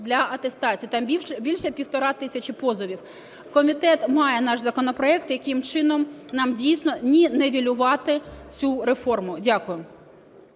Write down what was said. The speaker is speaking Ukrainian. для атестації, там більше 1,5 тисячі позовів. Комітет має наш законопроект, яким чином нам дійсно нівелювати цю реформу. Дякую.